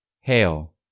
Hail